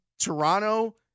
Toronto